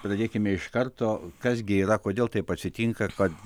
pradėkime iš karto kas gi yra kodėl taip atsitinka kad